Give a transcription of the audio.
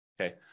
Okay